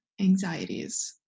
anxieties